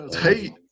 hate